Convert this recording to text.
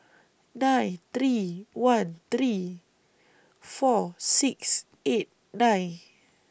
nine three one three four six eight nine